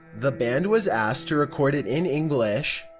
the band was asked to record it in english.